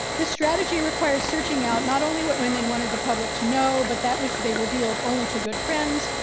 this strategy requires searching out not only what women wanted the public to know, but that which they revealed only to good friends,